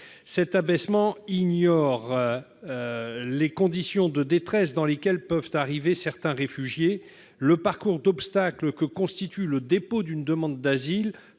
Cet abaissement du délai ignore les conditions de détresse dans lesquelles peuvent arriver certains réfugiés et le parcours d'obstacles que constitue le dépôt d'une demande d'asile